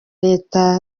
leta